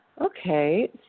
Okay